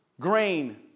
grain